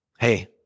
Hey